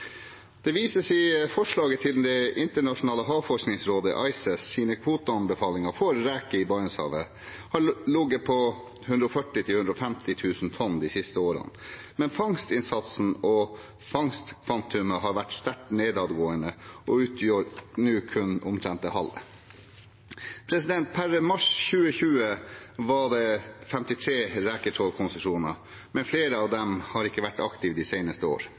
Det vises i forslaget til at Det internasjonale havforskningsrådet, ICES, sine kvoteanbefalinger for reker i Barentshavet har ligget på 140 000–150 000 tonn de siste årene, men fangstinnsatsen og fangstkvantumet har vært sterkt nedadgående og utgjør nå kun omtrent det halve. Per mars 2020 var det 53 reketrålkonsesjoner, men flere av dem har ikke vært aktive de senere år.